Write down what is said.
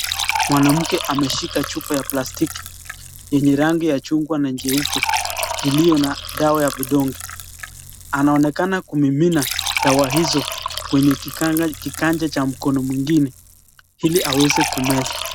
Mwanamke ameshika chupa ya plastiki, enye rangi ya chungwa na jeupe, iliyo na dawa ya vidonge, anaonekana kumimina dawa hizo kwenye kikanje cha mkono mwingine ili aweze kumeza.